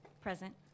present